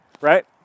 Right